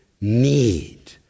need